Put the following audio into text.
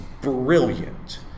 brilliant